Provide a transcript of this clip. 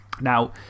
Now